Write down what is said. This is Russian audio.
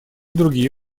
другие